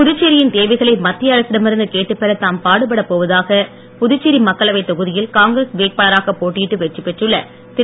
புதுச்சேரியின் தேவைகளை மத்திய அரசிடமிருந்து கேட்டு பெற தாம் பாடுப்பட போவதாக புதுச்சேரி மக்களவைத் தொகுதியில் காங்கிரஸ் வேட்பாளராக போட்டியிட்டு வெற்றி பெற்றுள்ள திரு